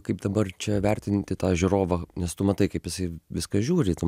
kaip dabar čia vertinti tą žiūrovą nes tu matai kaip jis į viską žiūri tu